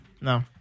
No